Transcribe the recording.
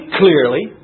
clearly